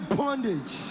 bondage